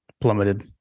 plummeted